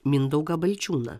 mindaugą balčiūną